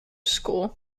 school